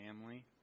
family